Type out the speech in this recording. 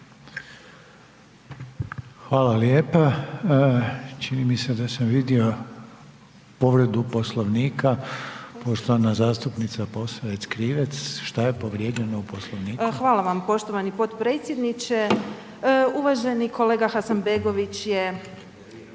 Hvala lijepa. Čini mi se da sam vidio povredu Poslovnika, poštovana zastupnica Posavec-Krivec. Šta je povrijeđeno u Poslovniku? **Posavec Krivec, Ivana (SDP)** Hvala vam poštovani potpredsjedniče. Uvaženi kolega Hasanbegović je